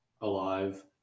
alive